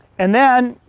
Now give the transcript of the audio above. and then,